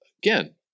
Again